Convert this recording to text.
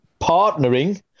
partnering